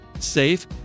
safe